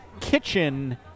kitchen